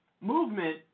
movement